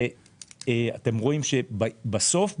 בסוף,